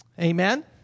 Amen